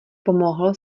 pomohl